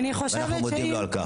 אנחנו מודים לו על כך.